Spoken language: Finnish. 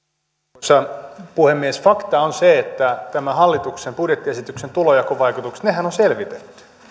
arvoisa puhemies fakta on se että nämä hallituksen budjettiesityksen tulonjakovaikutuksethan on selvitetty